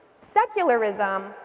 secularism